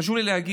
חשוב לי להגיד